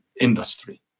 industry